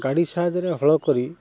ଗାଡ଼ି ସାହାଯ୍ୟରେ ହଳ କରି